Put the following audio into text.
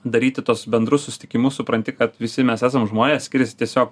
daryti tuos bendrus susitikimus supranti kad visi mes esam žmonės skiriasi tiesiog a